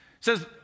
says